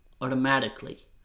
Automatically